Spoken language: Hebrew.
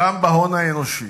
גם בהון האנושי,